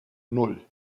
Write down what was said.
nan